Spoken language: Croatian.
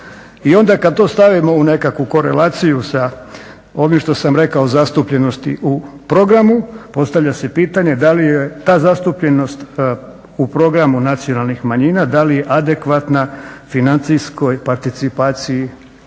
I onda kada to stavimo u nekakvu korelaciju sa ovim što sam rekao zastupljenosti u programu postavlja se pitanje da li je ta zastupljenost u programu nacionalnih manjina da li je adekvatna financijskoj participaciji u Fondu za